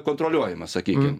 kontroliuojama sakykim